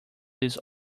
this